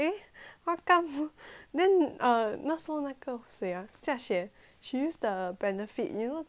then err 那时候那个谁 ah xia xue she use the benefit you know the benefit um